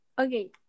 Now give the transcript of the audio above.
Okay